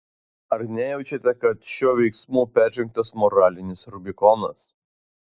ar nejaučiate kad šiuo veiksmu peržengtas moralinis rubikonas